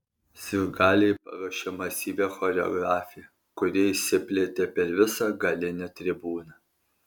sirgaliai paruošė masyvią choreografiją kuri išsiplėtė per visą galinę tribūną